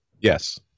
Yes